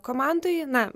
komandoje na